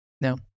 no